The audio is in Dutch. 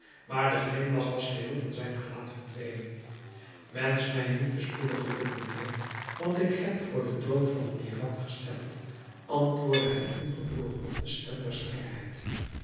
maar de glimlach was geheel van zijn gelaat verdwenen wensch mij niet te spoedig geluk mijnheer want ik heb voor den dood van den tiran gestemd antwoordde hij ongevoelig op de stem der strengheid